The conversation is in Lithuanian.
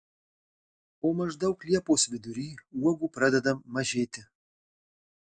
o maždaug liepos vidury uogų pradeda mažėti